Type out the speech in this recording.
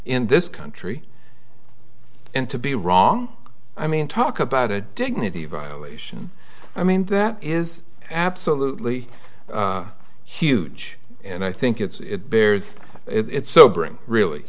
in this country and to be wrong i mean talk about a dignity violation i mean that is absolutely huge and i think it's bears it's sobering really